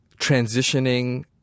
transitioning